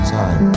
time